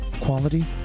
Quality